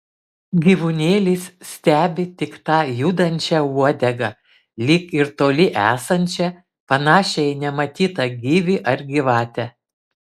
gyvūnėlis stebi tik tą judančią uodegą lyg ir toli esančią panašią į nematytą gyvį ar gyvatę